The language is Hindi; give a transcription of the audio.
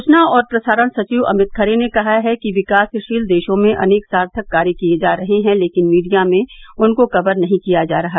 सूचना और प्रसारण सचिव अमित खरे ने कहा है कि विकासशील देशों में अनेक सार्थक कार्य किये जा रहे है लेकिन मीडिया में उनको कवर नही किया जा रहा